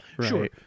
Sure